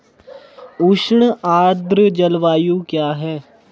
उष्ण आर्द्र जलवायु क्या है?